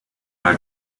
are